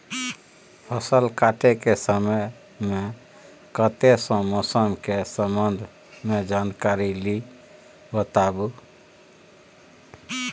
फसल काटय के समय मे कत्ते सॅ मौसम के संबंध मे जानकारी ली बताबू?